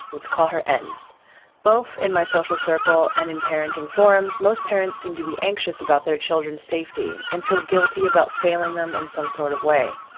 let's call her n both in my social circle and in parenting forums. most parents seem to be anxious about their children's safety and feel guilty about failing them in some sort of way.